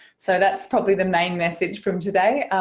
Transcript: so that's probably the main message from today.